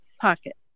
pocket